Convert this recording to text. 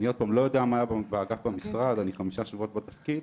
שוב, אני חמישה שבועות בתפקיד,